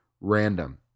random